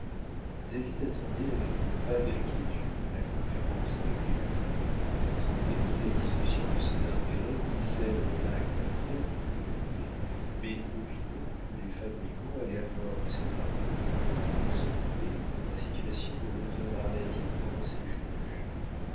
david attendait avec une vague inquiétude la conférence avec les cointet ce n'était ni la discussion de ses intérêts ni celle de l'acte à faire qui l'occupait mais l'opinion que les fabricants allaient avoir de ses travaux il se trouvait dans la situation de l'auteur dramatique devant ses juges